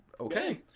okay